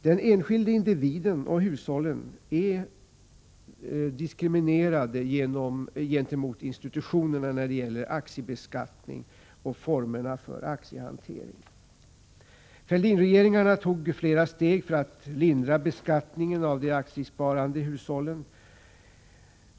Den enskilde individen och hushållen är diskriminerade i förhållande till institutionerna när det gäller aktiebeskattning och formerna för aktiehantering. Fälldinregeringarna tog flera steg för att lindra beskattningen av de aktiesparande hushållen.